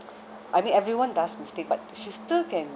I mean everyone does mistakes but she still can